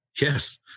Yes